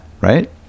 right